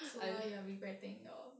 so now you are regretting your